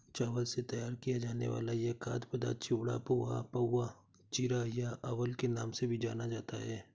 चावल से तैयार किया जाने वाला यह खाद्य पदार्थ चिवड़ा, पोहा, पाउवा, चिरा या अवल के नाम से भी जाना जाता है